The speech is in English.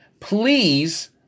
please